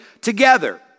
together